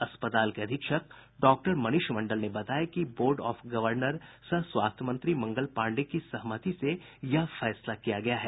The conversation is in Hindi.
अस्पताल के अधीक्षक डॉक्टर मनीष मंडल ने बताया कि बोर्ड ऑफ गर्वनर सह स्वास्थ्य मंत्री मंगल पांडेय की सहमति से यह फैसला किया गया है